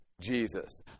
Jesus